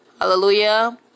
Hallelujah